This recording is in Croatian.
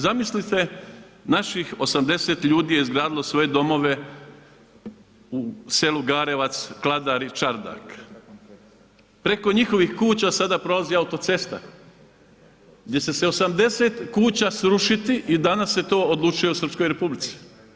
Zamislite naših 80 ljudi je izgradilo naše domove u selu Garevac, Kladar i Čardak, preko njihovih kuća sada prolazi autocesta gdje će se 80 kuća srušiti i danas se to odlučuje u Srpskoj republici.